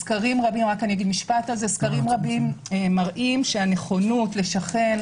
סקרים רבים מראים שהנכונות לשכן